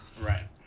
right